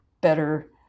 better